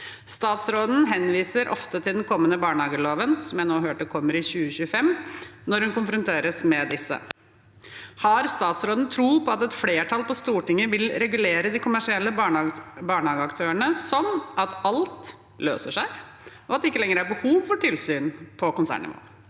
Statsråden henviser ofte til den kommende barnehageloven, som jeg nå hørte kommer i 2025, når hun konfronteres med disse. Har statsråden tro på at et flertall på Stortinget vil regulere de kommersielle barnehageaktørene, sånn at alt løser seg, og at det ikke lenger er behov for tilsyn på konsernnivå?